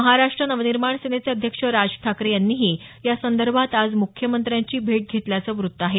महाराष्ट्र नवनिर्माण सेनेचे अध्यक्ष राज ठाकरे यांनीही यासंदर्भात आज मुख्यमंत्र्यांची भेट घेतल्याचं व्रत्त आहे